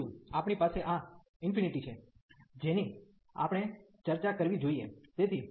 અને બીજું આપણી પાસે આ ઇન્ફિનિટી છે જેની આપણે ચર્ચા કરવી જોઈએ